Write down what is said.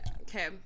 okay